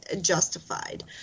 justified